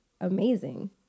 amazing